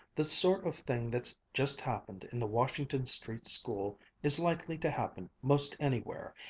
the sort of thing that's just happened in the washington street school is likely to happen most anywhere,